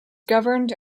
governed